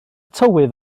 tywydd